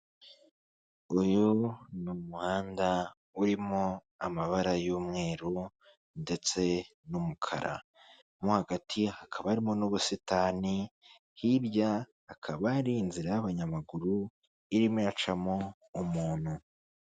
Uyu ni umuhanda, urimo amabara y'umweru ndetse n'umukara, mo hagati hakaba harimo n'ubusitani, hirya hakaba hari inzira y'abanyamaguru irimo iracamo umuntu.